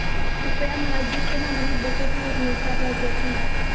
कृपया मला ज्येष्ठ नागरिक बचत योजनेचा व्याजदर सांगा